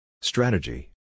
Strategy